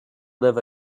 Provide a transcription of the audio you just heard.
live